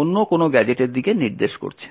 অন্য কোনো গ্যাজেটের দিকে নির্দেশ করছে